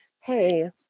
hey